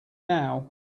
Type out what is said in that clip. now